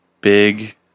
big